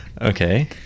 okay